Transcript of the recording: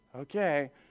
okay